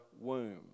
womb